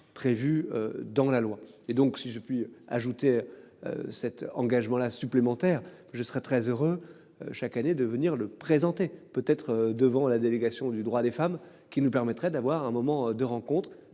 prévu dans la loi et donc, si je puis ajouter. Cet engagement-là supplémentaires. Je serais très heureux. Chaque année, de venir le présenter peut être devant la délégation du droit des femmes qui nous permettrait d'avoir un moment de rencontres.